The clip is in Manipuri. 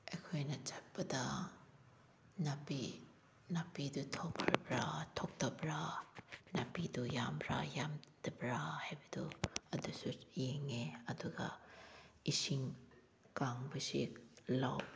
ꯑꯩꯈꯣꯏꯅ ꯆꯠꯄꯗ ꯅꯥꯄꯤ ꯅꯥꯄꯤꯗꯨ ꯊꯣꯛꯈ꯭ꯔꯕ꯭ꯔꯥ ꯊꯣꯛꯇꯕ꯭ꯔꯥ ꯅꯥꯄꯤꯗꯨ ꯌꯥꯝꯕ꯭ꯔꯥ ꯌꯥꯝꯗꯕ꯭ꯔꯥ ꯍꯥꯏꯕꯗꯨ ꯑꯗꯨꯁꯨ ꯌꯦꯡꯉꯦ ꯑꯗꯨꯒ ꯏꯁꯤꯡ ꯀꯪꯕꯁꯦ ꯂꯧ